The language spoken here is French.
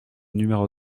numéro